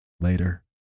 Later